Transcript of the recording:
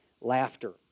laughter